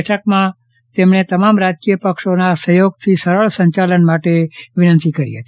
બેઠકમાં તમામ રાજકીય પક્ષોના સહયોગથી સરળ સંચાલન માટે વિનંતી કરાઈ